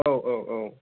आव आव आव